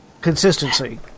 Consistency